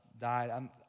died